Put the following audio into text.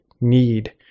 need